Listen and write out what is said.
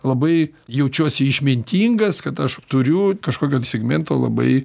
labai jaučiuosi išmintingas kad aš turiu kažkokio segmento labai